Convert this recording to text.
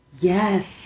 yes